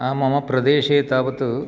आम् मम प्रदेशे तावत्